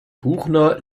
buchner